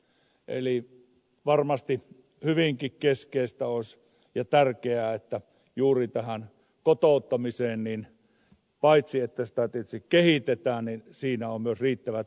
eli varmasti hyvinkin keskeistä olisi ja tärkeää juuri kotouttamisessa paitsi että sitä tietysti kehitetään että siinä on myös riittävät resurssit